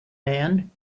man